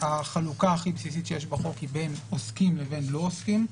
כשהחלוקה הכי בסיסית שיש בחוק היא בין עוסקים לבין לא עוסקים.